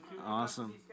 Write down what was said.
Awesome